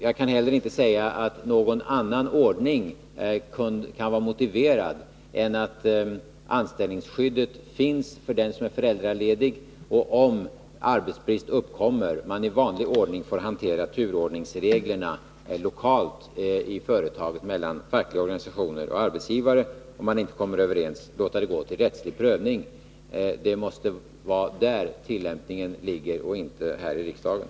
Jag kan heller inte säga att någon annan ordning kan vara motiverad än att anställningsskyddet finns för den som är föräldraledig och att man, om arbetsbrist uppkommer, i vanlig ordning får hantera turordningsreglerna lokalt i företaget mellan fackliga organisationer och arbetsgivare. Kommer man inte överens får man låta frågan gå till rättslig prövning. Det måste vara ute på arbetsplatserna som lagstiftningen skall tillämpas, inte här i riksdagen.